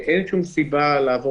אין שום סיבה לעבור